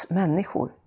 människor